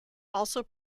also